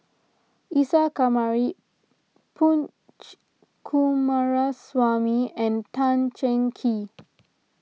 Isa Kamari Punch Coomaraswamy and Tan Cheng Kee